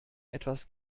etwas